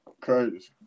Crazy